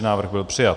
Návrh byl přijat.